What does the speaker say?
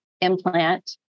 implant